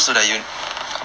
that's why